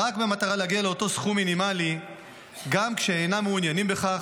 רק במטרה להגיע לאותו סיכום מינימלי גם כשאינם מעוניינים בכך,